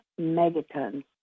megatons